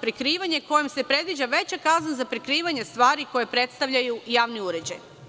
prikrivanja, kojom se predviđa veća kazna za prikrivanje stvari koje predstavljaju javni uređaji.